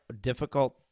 difficult